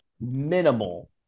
minimal